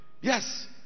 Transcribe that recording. Yes